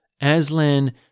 Aslan